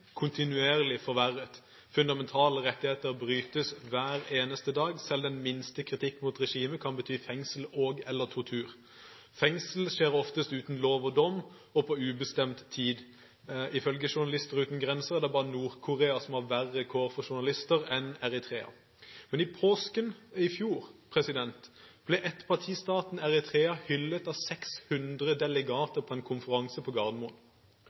kontinuerlig forverret. Fundamentale rettigheter brytes hver eneste dag, selv den minste kritikk mot regimet kan bety fengsling og/eller tortur. Fengsling skjer oftest uten lov og dom og på ubestemt tid. Ifølge Journalister uten grenser er det bare Nord-Korea som har verre kår for journalister enn Eritrea. I påsken i fjor ble ettpartistaten Eritrea hyllet av 600 delegater på en konferanse på Gardermoen.